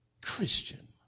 Christian